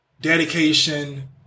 dedication